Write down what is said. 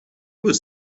was